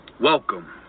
Welcome